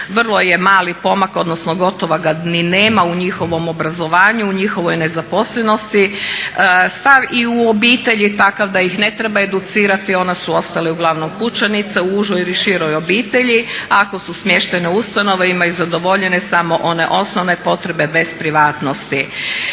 vrlo je mali pomak odnosno ga ni nema u njihovom obrazovanju u njihovoj nezaposlenosti i stav je i u obitelji takav da ih ne treba educirati, one su ostale uglavnom kućanice u užoj ili široj obitelji. Ako su smještene u ustanovi imaju zadovoljene samo one osnovne potrebe bez privatnosti.